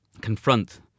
confront